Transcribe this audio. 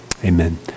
Amen